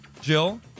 Jill